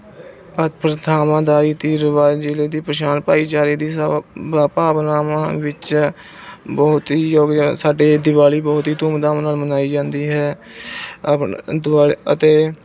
ਪ੍ਰਥਾਵਾਂ ਦਾ ਰੀਤੀ ਰਿਵਾਜ਼ ਜ਼ਿਲ੍ਹੇ ਦੀ ਪਛਾਣ ਭਾਈਚਾਰੇ ਦੀ ਸਭ ਭਾਵਨਾਵਾਂ ਵਿੱਚ ਬਹੁਤ ਹੀ ਯੋਗਦਾਨ ਸਾਡੇ ਦਿਵਾਲੀ ਬਹੁਤ ਹੀ ਧੂਮਧਾਮ ਨਾਲ ਮਨਾਈ ਜਾਂਦੀ ਹੈ ਆਪਣਾ ਦੀਵਾ ਅਤੇ